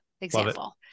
example